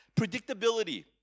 Predictability